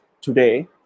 today